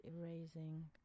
erasing